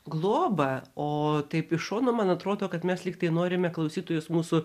globą o taip iš šono man atrodo kad mes tiktai norime klausytojus mūsų